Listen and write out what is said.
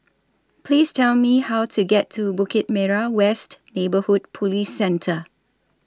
Please Tell Me How to get to Bukit Merah West Neighbourhood Police Centre